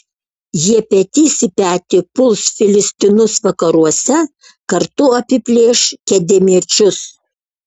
jie petys į petį puls filistinus vakaruose kartu apiplėš kedemiečius